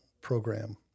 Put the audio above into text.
program